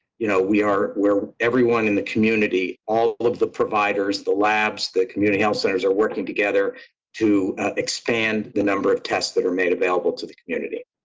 you know, we are where everyone in the community, all of the providers, the labs that community health centers are working together to expand the number of tests that are made available to the community.